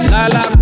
Lala